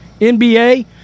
NBA